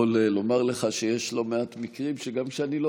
אני יכול לומר לך שיש לא מעט מקרים שגם כשאני לא